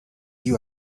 you